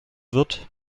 wird